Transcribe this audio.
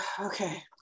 Okay